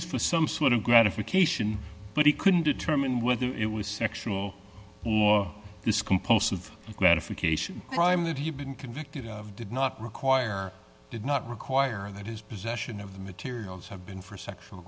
for some sort of gratification but he couldn't determine whether it was sexual or this compulsive gratification crime that he had been convicted of did not require did not require that his possession of the materials have been for sexual